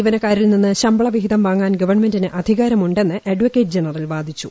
ജീവനക്കാരിൽ നിന്ന് ശമ്പള വിഹിതം വാങ്ങാൻ ഗവൺമെന്റിന് അധികാരമുണ്ടെന്ന് അഡ്വക്കേറ്റ് ജനറൽ വാദിച്ചു